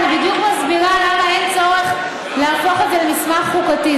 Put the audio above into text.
אני בדיוק מסבירה למה אין צורך להפוך את זה למסמך חוקתי.